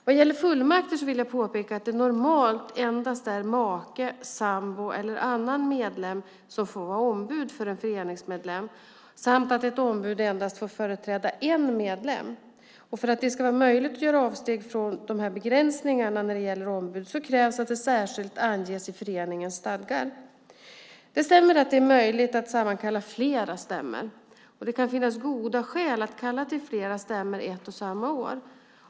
Vad gäller fullmakter vill jag påpeka att det normalt endast är make, sambo eller annan medlem som får vara ombud för en föreningsmedlem samt att ett ombud endast får företräda en medlem. För att det ska vara möjligt att göra avsteg från de här begränsningarna när det gäller ombud krävs att det särskilt anges i föreningens stadgar. Det stämmer att det är möjligt att sammankalla flera stämmor. Det kan finnas goda skäl att kalla till flera stämmor ett och samma år.